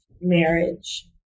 marriage